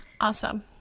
awesome